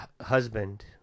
husband